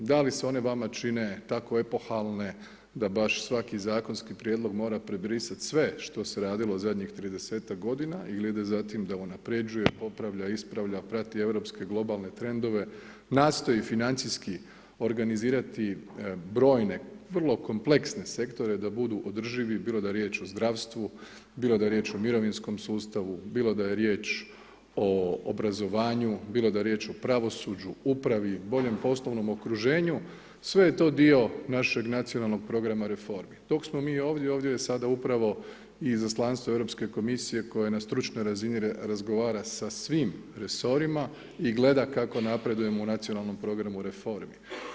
Da li se one vama čine tako epohalne da baš svaki zakonski prijedlog mora prebrisat sve što se radilo zadnjih 30ak godina ili ide za tim da unapređuje, popravlja, ispravlja, prati europske globalne trendove, nastoji financijski organizirati brojne, vrlo kompleksne sektore da budu održivi, bilo da je riječ o zdravstvu, bilo da je riječ o mirovinskom sustavu, bilo da je riječ o obrazovanju, bilo da je riječ o pravosuđu, upravi, boljem poslovnom okruženju, sve je to dio našeg nacionalnog programa reformi, dok smo mi ovdje ovdje je sada upravo i Izaslanstvo Europske komisije koje na stručnoj razini razgovara sa svim resorima i gleda kako napredujemo u nacionalnom programu reformi.